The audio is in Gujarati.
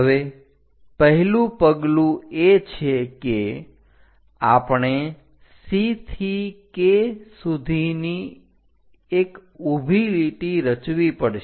હવે પહેલું પગલું એ છે કે આપણે C થી K સુધી એક ઊભી લીટી રચવી પડશે